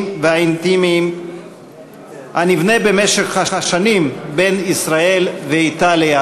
והאינטימיים הנבנה במשך השנים בין ישראל ואיטליה.